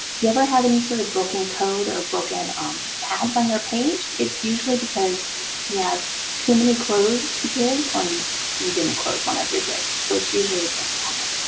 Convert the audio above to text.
you ever have any sort of broken code or broken um tabs on your page, it's usually because you have too many closed divs or you didn't close one of your divs. so it's usually a div problem.